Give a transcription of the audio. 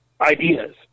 Ideas